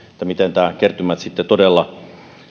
katsotaan miten kertymät sitten todella